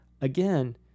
Again